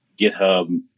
GitHub